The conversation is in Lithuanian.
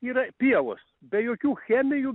yra pievos be jokių chemijų